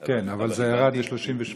כן, אבל זה ירד ל-38.